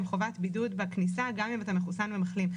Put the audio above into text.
חובת בידוד בכניסה גם אם אתה מחוסן או מחלים.